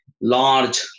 large